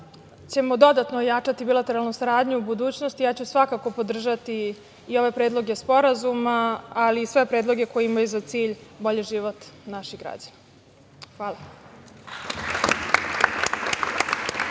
ćemo dodatno ojačati bilateralnu saradnju u budućnosti ja ću svakako podržati i ove predloge sporazuma, ali i sve predloge koji imaju za cilj bolji život naših građana. Hvala.